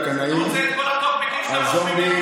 טוקבקים שאתם רושמים,